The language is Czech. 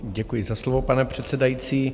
Děkuji za slovo, pane předsedající.